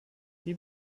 wie